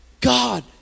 God